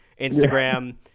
Instagram